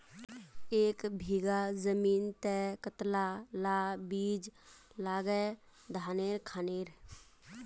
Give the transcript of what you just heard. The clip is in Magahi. एक बीघा जमीन तय कतला ला बीज लागे धानेर खानेर?